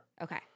Okay